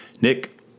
Nick